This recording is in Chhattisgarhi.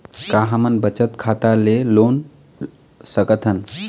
का हमन बचत खाता ले लोन सकथन?